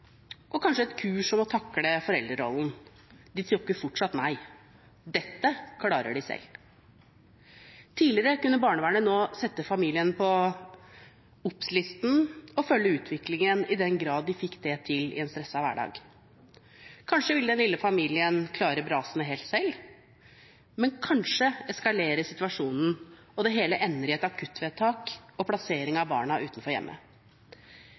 og kanskje et kurs om å takle foreldrerollen. De takker fortsatt nei – dette klarer de selv. Tidligere kunne barnevernet sette familien på obs-listen og følge utviklingen, i den grad de fikk det til i en stresset hverdag. Kanskje ville den lille familien klare brasene helt selv. Men kanskje eskalerer situasjonen, og det hele ender i et akuttvedtak med plassering av barna utenfor hjemmet.